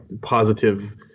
positive